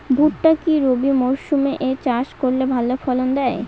ভুট্টা কি রবি মরসুম এ চাষ করলে ভালো ফলন দেয়?